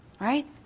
Right